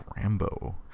Rambo